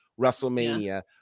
WrestleMania